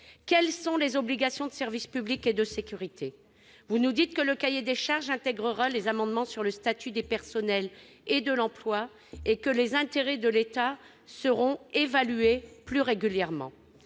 Quelles sont les obligations de service public et de sécurité ? Vous nous dites que le cahier des charges intégrera les amendements sur le statut des personnels et de l'emploi et que les intérêts de l'État seront évalués plus régulièrement.